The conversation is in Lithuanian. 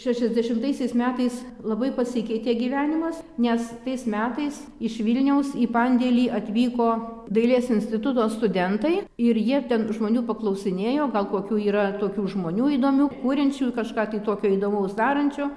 šešiasdešimtaisiais metais labai pasikeitė gyvenimas nes tais metais iš vilniaus į pandėlį atvyko dailės instituto studentai ir jie ten žmonių paklausinėjo gal kokių yra tokių žmonių įdomių kuriančių kažką tokio įdomaus darančio